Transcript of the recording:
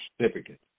certificate